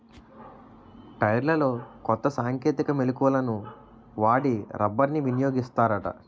టైర్లలో కొత్త సాంకేతిక మెలకువలను వాడి రబ్బర్ని వినియోగిస్తారట